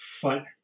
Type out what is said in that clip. fun